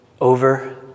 over